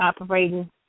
operating